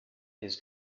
his